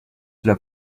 cela